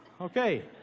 Okay